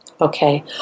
Okay